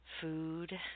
food